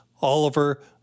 Oliver